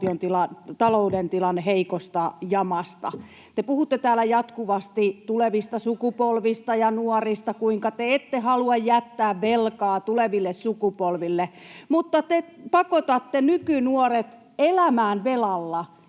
että se liittyy asiaan!] Te puhutte täällä jatkuvasti tulevista sukupolvista ja nuorista, kuinka te ette halua jättää velkaa tuleville sukupolville, mutta te pakotatte nykynuoret elämään velalla.